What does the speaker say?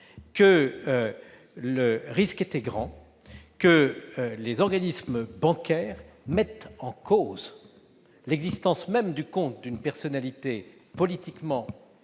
que le risque était grand de voir les organismes bancaires mettre en cause l'existence même du compte d'une personnalité politiquement